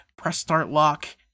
pressstartlock